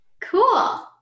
Cool